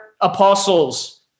apostles